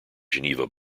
geneva